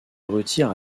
retire